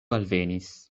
alvenis